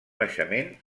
naixement